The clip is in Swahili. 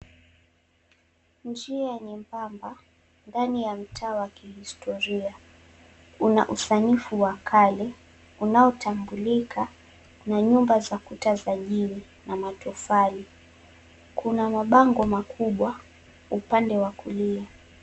Njia nyembamba, ndani ya mtaa wa kihistoria. Una unsanifu wa kale, unaotambulika na nyumba za kuta za jiwe na matofali. Kuna mabango makubwa upande wa kulia.